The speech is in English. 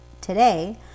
today